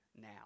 now